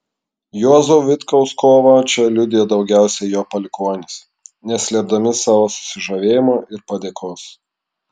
juozo vitkaus kovą čia liudija daugiausiai jo palikuonys neslėpdami savo susižavėjimo ir padėkos